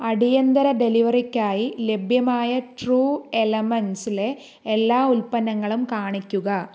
അടിയന്തര ഡെലിവറിക്കായി ലഭ്യമായ ട്രൂ എലെമെന്റ്സിലെ എല്ലാ ഉൽപ്പന്നങ്ങളും കാണിക്കുക